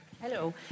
Hello